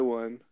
one